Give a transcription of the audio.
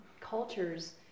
cultures